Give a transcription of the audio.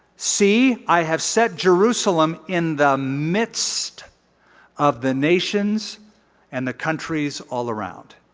see, i have set jerusalem in the midst of the nations and the countries all around.